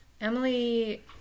Emily